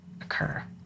occur